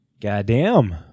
goddamn